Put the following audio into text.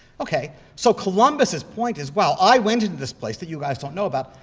ok, so columbus's point is, well, i went into this place that you guys don't know about,